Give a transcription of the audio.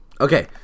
okay